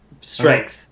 Strength